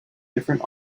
different